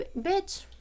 bitch